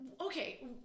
okay